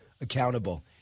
accountable